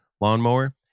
lawnmower